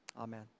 Amen